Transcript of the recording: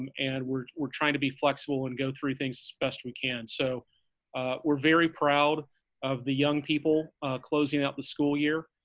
um and we're we're trying to be flexible and go through things as best we can. so we're very proud of the young people closing out the school year.